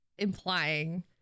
implying